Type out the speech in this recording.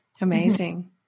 Amazing